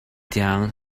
down